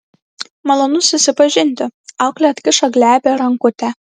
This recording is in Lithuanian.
malonu susipažinti auklė atkišo glebią rankutę